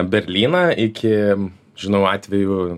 berlyną iki žinau atvejų